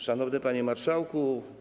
Szanowny Panie Marszałku!